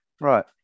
Right